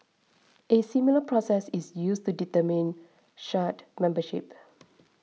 a similar process is used to determine shard membership